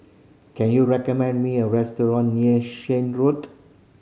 can you recommend me a restaurant near Shan Road